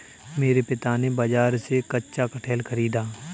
मेरे पिता ने बाजार से कच्चा कटहल खरीदा